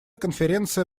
конференция